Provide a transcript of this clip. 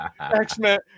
X-Men